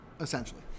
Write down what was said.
essentially